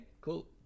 cool